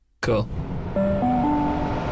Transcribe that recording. Cool